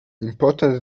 impotent